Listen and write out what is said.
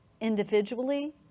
individually